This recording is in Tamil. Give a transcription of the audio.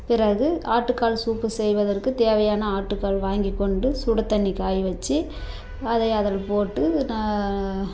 பிறகு ஆட்டுக்கால் சூப்பு செய்வதற்கு தேவையான ஆட்டுக்கால் வாங்கிக்கொண்டு சுடு தண்ணி காய வச்சு அதை அதில் போட்டு நான்